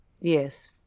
yes